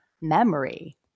memory